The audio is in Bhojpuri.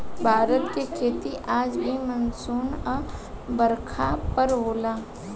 भारत के खेती आज भी मानसून आ बरखा पर होला